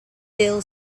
bill